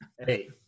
Hey